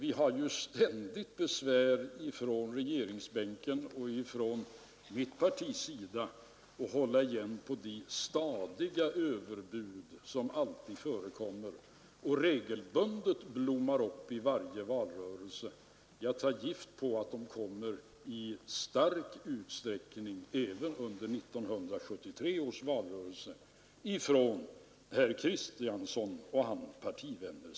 Vi har ju ständigt besvär från regeringsbänken och från mitt parti med att hålla igen för de överbud som regelbundet blommar upp i varje valrörelse. Jag tar gift på att de kommer att framföras i ymnig utsträckning även i 1973 års valrörelse från herr Kristiansson och hans partivänner.